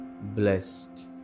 blessed